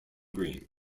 green